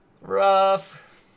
rough